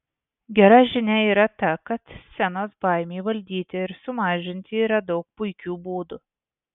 gera žinia yra ta kad scenos baimei valdyti ir sumažinti yra daug puikių būdų